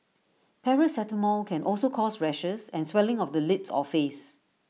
paracetamol can also cause rashes and swelling of the lips or face